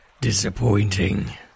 disappointing